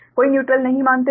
कोई न्यूट्रल नहीं मानते है